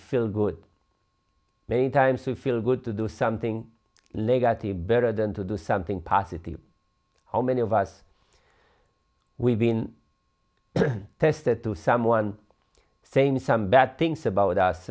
feel good many times to feel good to do something negative better than to do something positive how many of us we've been tested to someone sane some bad things about